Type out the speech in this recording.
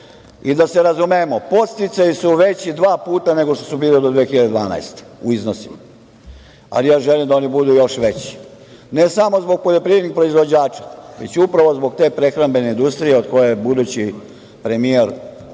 se razumemo, podsticaji su veći dva puta nego što su bili do 2012. godine u iznosima, ali ja želim da oni budu još veći, ne samo zbog poljoprivrednih proizvođača, već upravo zbog te prehrambene industrije o kojoj je budući premijer